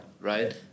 Right